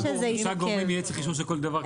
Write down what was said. עם שלושה גורמים יצטרך אישור של כל דבר.